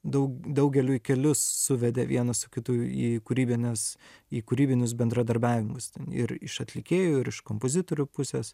daug daugeliui kelius suvedė vienas su kitu į kūrybines į kūrybinius bendradarbiavimus ir iš atlikėjų ir iš kompozitorių pusės